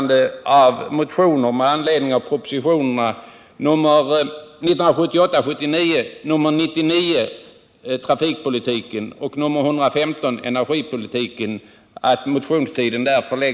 den 29 mars för motioner med anledning av propositionerna 99 om trafikpolitiken och 115 om energipolitiken.